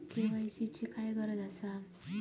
KYC ची काय गरज आसा?